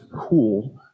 cool